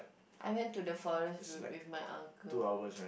I went to the forest route with my uncle